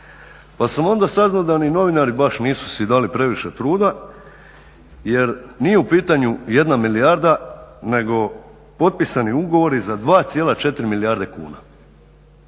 pa sam onda saznao da ni novinari baš nisu si dali previše truda jer nije u pitanju jedna milijarda nego potpisani ugovori za 2,4 milijarde kuna.